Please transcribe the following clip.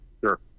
Sure